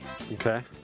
Okay